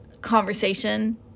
conversation